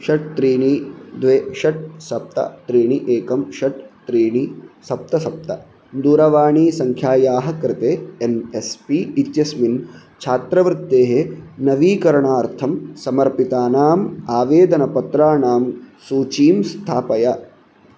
षट् त्रीणि द्वे षट् सप्त त्रीणि एकं षट् त्रीणि सप्त सप्त दूरवाणीसङ्ख्यायाः कृते एन् एस् पी इत्यस्मिन् छात्रवृत्तेः नवीकरणार्थं समर्पितानाम् आवेदनपत्राणां सूचीं स्थापय